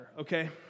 okay